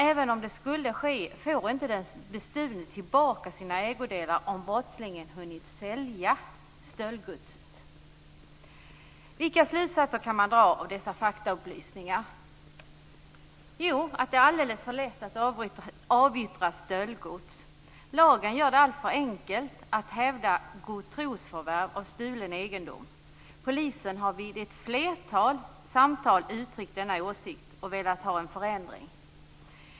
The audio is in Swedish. Även om det skulle ske får inte den bestulne tillbaka sina ägodelar om brottslingen hunnit sälja stöldgodset. Vilka slutsatser kan man dra av dessa faktaupplysningar? Jo, att det är alldeles för lätt att avyttra stöldgods. Lagen gör det alltför enkelt att hävda godtrosförvärv av stulen egendom. Polisen har vid ett flertal samtal uttryckt denna åsikt och velat ha en förändring.